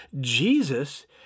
Jesus